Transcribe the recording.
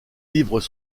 livres